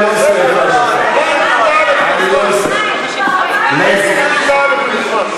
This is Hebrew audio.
לא, מיכל, אני לא עושה איפה ואיפה.